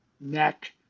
neck